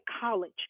college